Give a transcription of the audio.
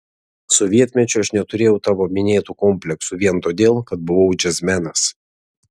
sovietmečiu aš neturėjau tavo minėtų kompleksų vien todėl kad buvau džiazmenas